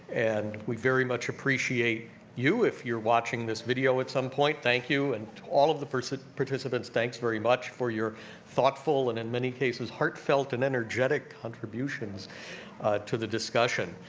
and we very much appreciate you, if you're watching this video at some point, thank you, and to all of the participants, thanks very much for your thoughtful, and in many cases, heartfelt and energetic contributions to the discussion.